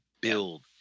build